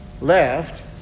left